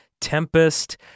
tempest